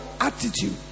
attitude